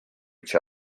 each